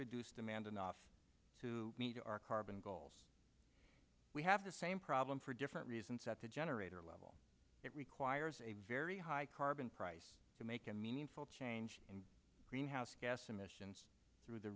reduce demand enough to meet our carbon goals we have the same problem for different reasons that the generator level it requires a very high carbon price to make a meaningful change in greenhouse gas emissions through the